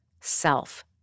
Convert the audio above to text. self